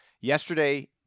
Yesterday